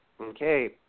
okay